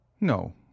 no